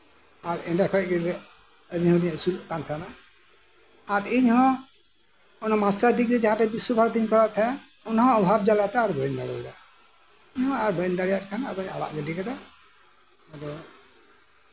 ᱟᱨ ᱮᱱᱰᱮ ᱠᱷᱚᱡ ᱜᱮ ᱟᱹᱞᱤᱧ ᱦᱚᱞᱤᱧ ᱟᱹᱥᱩᱞᱚᱜ ᱠᱟᱱ ᱛᱟᱸᱦᱮᱱᱟ ᱟᱨ ᱤᱧ ᱦᱚᱸ ᱢᱟᱥᱴᱟᱨ ᱰᱤᱜᱽᱨᱤ ᱡᱟᱸᱦᱟ ᱴᱷᱮᱡ ᱵᱤᱥᱥᱚ ᱵᱷᱟᱨᱚᱛᱤ ᱨᱤᱧ ᱠᱚᱨᱟᱣ ᱮᱫ ᱛᱟᱸᱦᱮᱱᱟ ᱚᱱᱟᱦᱚᱸ ᱚᱵᱷᱟᱵ ᱡᱟᱞᱟᱛᱮ ᱵᱟᱹᱧ ᱫᱟᱲᱮ ᱟᱫᱟ ᱤᱧᱦᱚᱸ ᱟᱨ ᱵᱟᱹᱧ ᱫᱟᱲᱮᱭᱟᱜ ᱠᱷᱟᱱ ᱟᱫᱚᱧ ᱟᱲᱟᱜ ᱜᱤᱰᱤ ᱠᱟᱫᱟ ᱟᱫᱚ